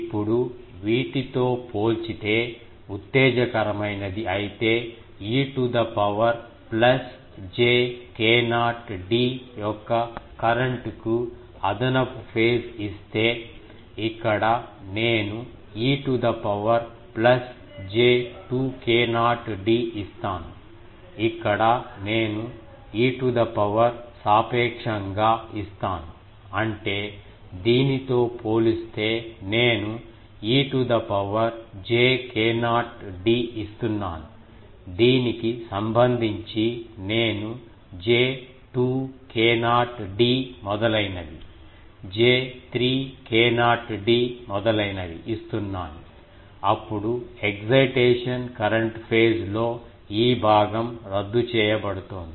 ఇప్పుడు వీటితో పోల్చితే ఉత్తేజకరమైనది అయితే e to the power plus j k0 d యొక్క కరెంట్ కు అదనపు ఫేజ్ ఇస్తే ఇక్కడ నేను e to the power plus j 2 k0 d ఇస్తాను ఇక్కడ నేను e టు ద పవర్ సాపేక్షంగా ఇస్తాను అంటే దీనితో పోలిస్తే నేను e to the power j k0 d ఇస్తున్నాను దీనికి సంబంధించి నేను j 2 k0 d మొదలైనవి j 3 k0 d మొదలైనవి ఇస్తున్నాను అప్పుడు ఎగ్జైటేషన్ కరెంట్ ఫేజ్ లో ఈ భాగం రద్దు చేయబడుతోంది